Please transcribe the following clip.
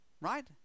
right